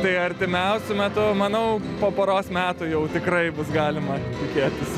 tai artimiausiu metu manau po poros metų jau tikrai bus galima tikėtis